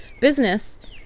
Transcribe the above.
business